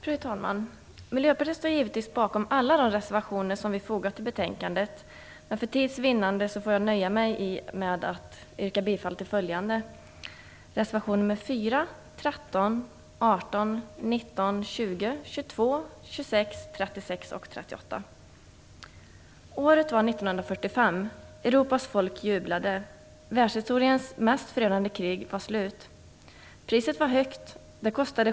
Fru talman! Miljöpartiet står givetvis bakom alla de reservationer som vi fogat till betänkandet. För tids vinnande får jag dock nöja mig med att yrka bifall till följande: reservationen nr 4, 13, 18, 19, 20, 22, 26, 36 Året var 1945. Europas folk jublade. Världshistoriens mest förödande krig var slut. Priset var högt.